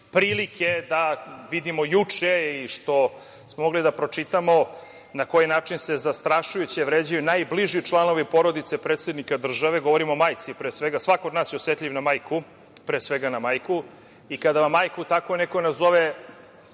prilike da vidimo juče i što smo mogli da pročitamo, na koji način se zastrašujuće vređaju najbliži članovi porodice predsednika države, govorim o majci pre svega, svako od nas je osetljiv na majku, pre svega na majku, i kada vam majku tako neko nazove